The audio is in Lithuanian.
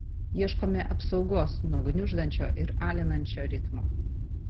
ieškome apsaugos nuo gniuždančio ir alinančio ritmo